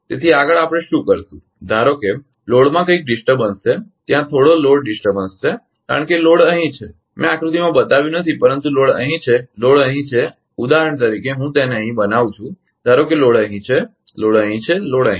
તેથી આગળ આપણે શું કરશું ધારો કે લોડમાં કંઇક ડિસ્ટર્બન્સ છે ત્યાં થોડો લોડ ડિસ્ટર્બન્સ છે કારણ કે લોડ અહીં છે મેં આકૃતિમાં બતાવ્યું નથી પરંતુ લોડ અહીં છે લોડ અહીં છે ઉદાહરણ તરીકે હું તેને અહીં બનાવું છું ધારો કે લોડ અહીં છે લોડ અહીં છે લોડ અહીં છે